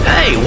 Hey